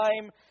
time